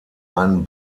einen